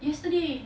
yesterday